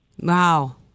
Wow